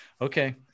Okay